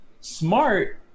Smart